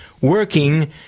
working